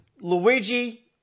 Luigi